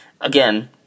Again